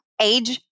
age